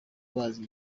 bazi